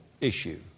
issue